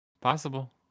Possible